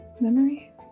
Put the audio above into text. memory